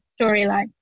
storyline